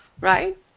right